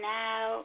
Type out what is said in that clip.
now